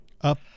up